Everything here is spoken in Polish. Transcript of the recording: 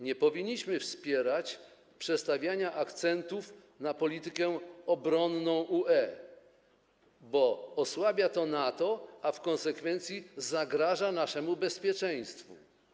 Nie powinniśmy wspierać przestawiania akcentów na politykę obronną UE, bo osłabia to NATO, a w konsekwencji zagraża naszemu bezpieczeństwu.